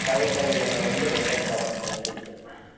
காய்கறிகளில் வந்து வெண்டக்காய் தான் எனக்கு பிடிக்கும்